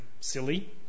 silly